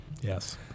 Yes